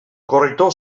corrector